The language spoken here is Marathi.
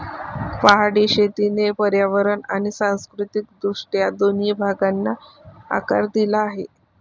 पहाडी शेतीने पर्यावरण आणि सांस्कृतिक दृष्ट्या दोन्ही भागांना आकार दिला आहे